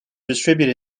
distribute